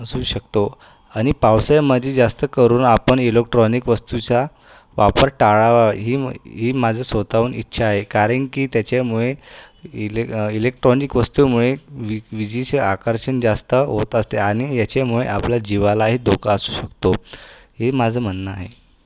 असू शकतो आणि पावसाळ्यामध्ये जास्त करून आपण इलेकट्रॉनिक वस्तूचा वापर टाळावा ही म ही माझी स्वतःहून इच्छा आहे कारण की त्याच्यामुळे इले इलेक्ट्रॉनिक वस्तूमुळे वि विजेचे आकर्षण जास्त होत असते आणि याच्यामुळे आपल्याला जीवाला एक धोका असू शकतो हे माझं म्हणणं आहे